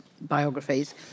biographies